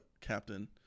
captain